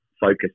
focus